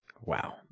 Wow